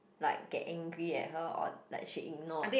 like get angry at her or like she ignored